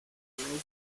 bisexual